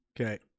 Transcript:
Okay